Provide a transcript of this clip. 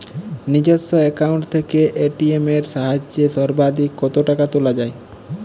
নিজস্ব অ্যাকাউন্ট থেকে এ.টি.এম এর সাহায্যে সর্বাধিক কতো টাকা তোলা যায়?